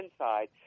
inside